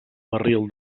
barril